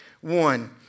one